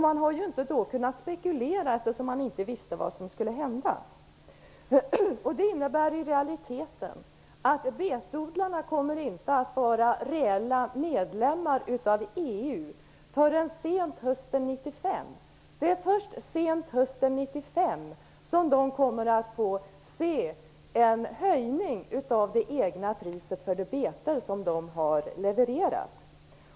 Man har inte kunnat spekulera, eftersom man inte har vetat vad som skulle hända. Detta innebär i realiteten att betodlarna inte kommer att vara reella medlemmar av EU förrän sent hösten 1995. Det är först sent hösten 1995 som de kommer att få se en höjning av priset för de betor som de har levererat.